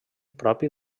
propi